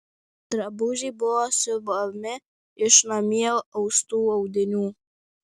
drabužiai buvo siuvami iš namie austų audinių